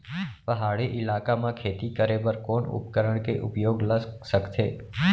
पहाड़ी इलाका म खेती करें बर कोन उपकरण के उपयोग ल सकथे?